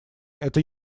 это